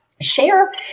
Share